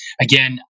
again